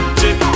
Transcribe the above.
chip